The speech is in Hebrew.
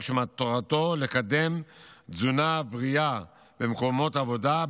שמטרתו לקדם תזונה בריאה במקומות עבודה,